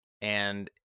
And-